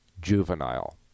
Juvenile